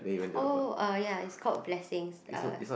oh uh ya it's called blessings uh